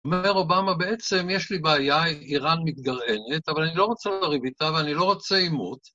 אומר אובמה בעצם יש לי בעיה, איראן מתגרענת, אבל אני לא רוצה לריב איתה ואני לא רוצה עימות.